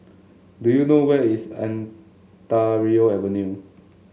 do you know where is Ontario Avenue